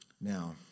Now